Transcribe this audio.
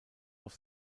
auf